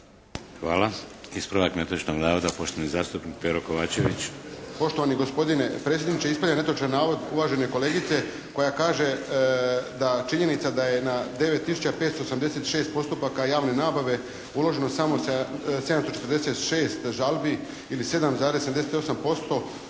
Hvala. Ispravak netočnog navoda, poštovani zastupnik Pero Kovačević. **Kovačević, Pero (HSP)** Poštovani gospodine predsjedniče, ispravljam netočni navod uvažene kolegice koja kaže da činjenica da je na 9 tisuća 586 postupaka javne nabave uloženo samo 746 žalbi ili 7,78% govori